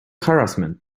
harassment